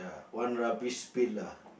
one rubbish bin lah